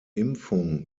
impfung